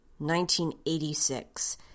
1986